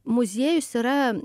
muziejus yra